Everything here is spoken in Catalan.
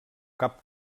cap